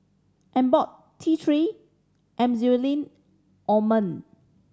Abbott T Three Emulsying Ointment